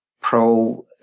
pro